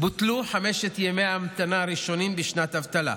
בוטלו חמשת ימי ההמתנה הראשונים בשנת אבטלה,